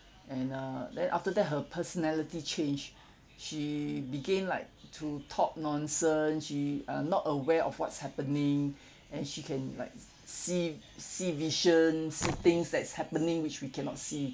and uh then after that her personality change she began like to talk nonsense she uh not aware of what's happening and she can like see see visions see things that's happening which we cannot see